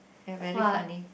you are very funny